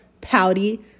pouty